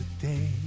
today